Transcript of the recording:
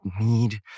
need